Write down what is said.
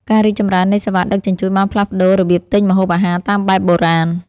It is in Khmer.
ការរីកចម្រើននៃសេវាដឹកជញ្ជូន បានផ្លាស់ប្តូររបៀបទិញម្ហូបអាហារតាមបែបបុរាណ។